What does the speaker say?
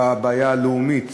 לבעיה הלאומית